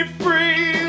free